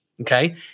Okay